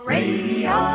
Radio